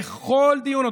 בכל דיון,